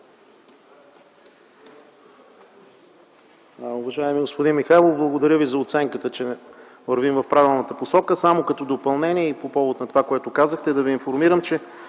Уважаеми господин Михайлов, благодаря Ви за оценката, че вървим в правилната посока. Само като допълнение и по повод на това, което казахте, да Ви информирам, че